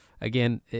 Again